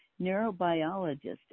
neurobiologist